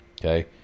Okay